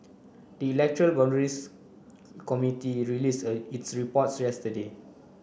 the electoral boundaries committee released its report yesterday